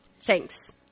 Thanks